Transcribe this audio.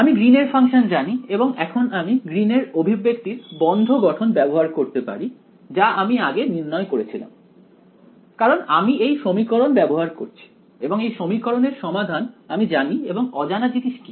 আমি গ্রীন এর ফাংশন জানি এবং এখন আমি গ্রীন এর অভিব্যক্তির বন্ধ গঠন ব্যবহার করতে পারি যা আমি আগে নির্ণয় করেছিলাম কারণ আমি এই সমীকরণ ব্যবহার করছি এবং এই সমীকরণের সমাধান আমি জানি এবং অজানা জিনিস কি